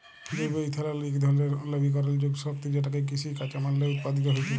জৈব ইথালল ইক ধরলের লবিকরলযোগ্য শক্তি যেটকে কিসিজ কাঁচামাললে উৎপাদিত হ্যইতে পারে